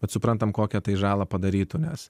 bet suprantam kokią tai žalą padarytų nes